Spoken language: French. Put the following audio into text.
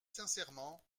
sincèrement